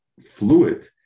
fluid